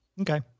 Okay